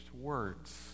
words